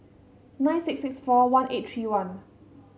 nine six six four one eight three one